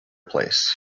place